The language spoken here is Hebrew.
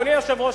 אדוני היושב-ראש,